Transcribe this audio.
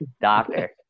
Doctor